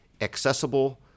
accessible